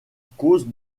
cause